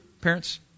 parents